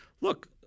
look